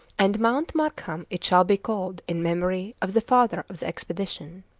and mount markham it shall be called in memory of the father of the expedition.